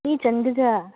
ꯃꯤ ꯆꯟꯒꯗ꯭ꯔꯥ